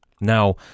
Now